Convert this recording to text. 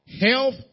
health